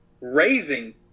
raising